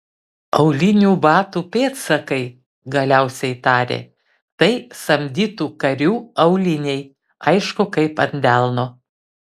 aulinių batų pėdsakai galiausiai tarė tai samdytų karių auliniai aišku kaip ant delno